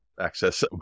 access